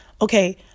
Okay